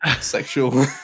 sexual